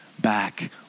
back